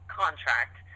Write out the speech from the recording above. contract